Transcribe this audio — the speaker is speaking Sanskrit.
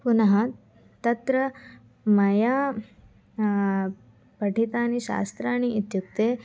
पुनः तत्र मया पठितानि शास्त्राणि इत्युक्ते